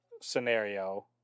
scenario